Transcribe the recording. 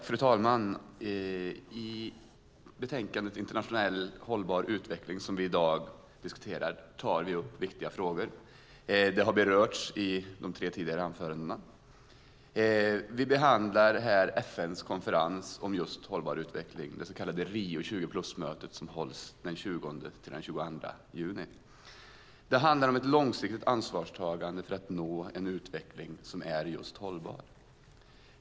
Fru talman! I betänkandet Internationell hållbar utveckling som vi diskuterar i dag tar vi upp viktiga frågor. Det har berörts i de tre tidigare anförandena. Vi behandlar här FN:s konferens om hållbar utveckling, det så kallade Rio + 20-mötet som hålls den 20-22 juni. Det handlar om ett långsiktigt ansvarstagande för att nå en hållbar utveckling.